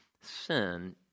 sin